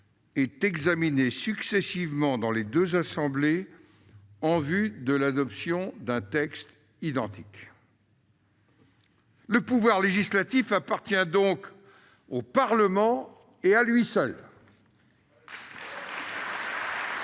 est examiné successivement dans les deux Assemblées [...] en vue de l'adoption d'un texte identique ». Le pouvoir législatif appartient donc au Parlement et à lui seul. Aucune